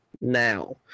now